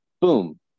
boom